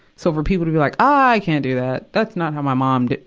so for people to be, like, i can't do that. that's not how my mom did.